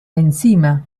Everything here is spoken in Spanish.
encima